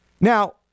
Now